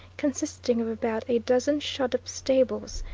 consisting of about a dozen shut-up stables,